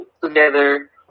together